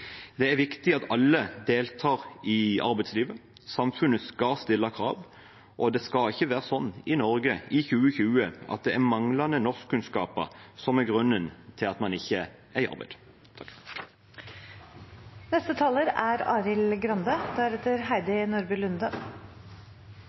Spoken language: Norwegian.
Det er viktig at alle deltar i arbeidslivet. Samfunnet skal stille krav, og det skal ikke være slik i Norge i 2020 at det er manglende norskkunnskaper som er grunnen til at man ikke er i arbeid.